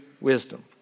wisdom